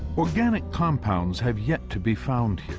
organic compounds have yet to be found here,